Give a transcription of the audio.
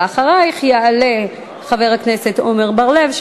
אחרייך יעלה חבר הכנסת עמר בר-לב.